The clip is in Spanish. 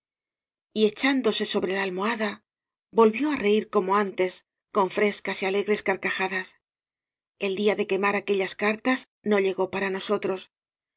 humor y echándose sobre la almohada volvió á reir como antes con frescas y alegres car cajadas el día de quemar aquellas cartas no llegó para nosotros